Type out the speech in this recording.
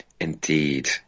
Indeed